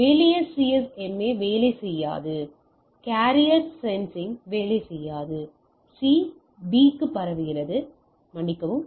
எளிய சிஎஸ்எம்ஏ வேலை செய்யாது கேரியர் சென்சிங் வேலை செய்யாது C B க்கு பரவுகிறது மன்னிக்கவும்